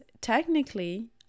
technically